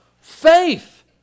Faith